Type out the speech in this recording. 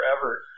forever